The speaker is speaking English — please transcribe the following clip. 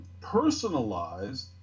personalized